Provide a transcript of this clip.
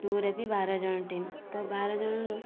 ଟୁରେ ବି ବାର ଜଣ ଟିମ୍ ତ ବାର ଜଣରୁ